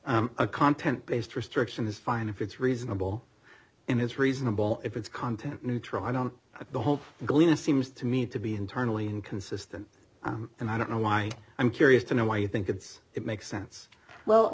a content based restriction is fine if it's reasonable in his reasonable if it's content neutral i don't hope galena seems to me to be internally inconsistent and i don't know why i'm curious to know why you think it's it makes sense well